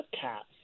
cats